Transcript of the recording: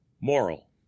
Moral